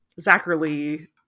Zachary